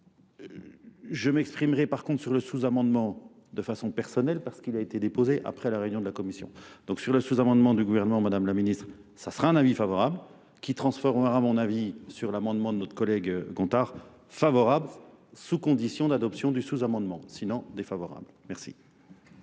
Je m'exprimerai par contre sur le sous-amendement de façon personnelle parce qu'il a été déposé après la réunion de la Commission. Donc sur le sous-amendement du gouvernement, Madame la Ministre, ça sera un avis favorable qui transformera mon avis sur l'amendement de notre collègue Gontard favorable sous condition d'adoption du sous-amendement, sinon défavorable. Merci.